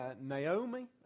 Naomi